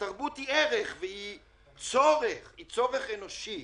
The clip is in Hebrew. התרבות היא ערך, היא צורך אנושי.